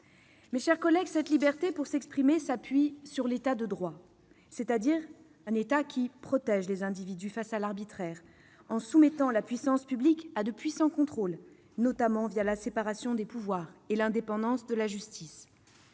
Mes chers collègues, cette liberté, pour s'exprimer, s'appuie sur l'État de droit, c'est-à-dire un État qui protège les individus face à l'arbitraire en soumettant la puissance publique à de puissants contrôles, notamment la séparation des pouvoirs et l'indépendance de la justice.